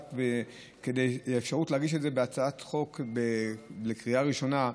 כדי לתת אפשרות להגיש את זה בהצעת חוק לקריאה ראשונה,